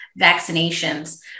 vaccinations